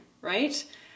right